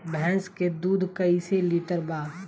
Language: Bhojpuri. भैंस के दूध कईसे लीटर बा?